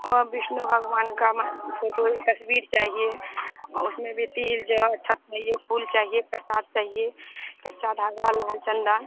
और विष्णु भगवान का फोटो तस्वीर चाहिए उसमें भी तिल जौ अक्षत चाहिए फूल चाहिए प्रसाद चाहिए कच्चा धागा लाल चंदन